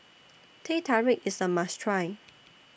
Teh Tarik IS A must Try